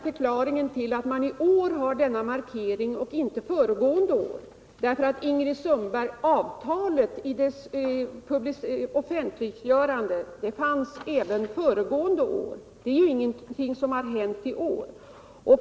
Förklaringen till att man i år har denna markering medan man inte hade den föregående år är mycket egendomlig. Avtalet var ju offentliggjort även föregående år; det är ingenting som har hänt i år.